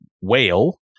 whale